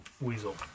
weasel